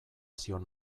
zion